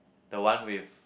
the one with